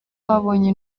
babonye